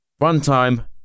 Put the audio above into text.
Runtime